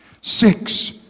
Six